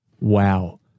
Wow